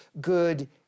good